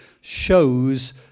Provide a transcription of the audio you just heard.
shows